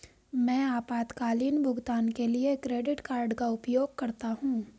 मैं आपातकालीन भुगतान के लिए क्रेडिट कार्ड का उपयोग करता हूं